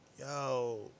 Yo